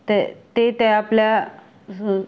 ते ते त्या आपल्या स